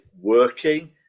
working